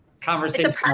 conversation